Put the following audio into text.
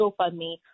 GoFundMe